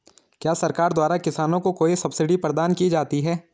क्या सरकार द्वारा किसानों को कोई सब्सिडी प्रदान की जाती है?